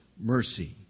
mercy